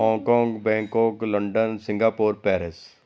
Hong Kong Bangkok London Singapore Paris